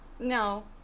No